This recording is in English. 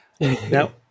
Now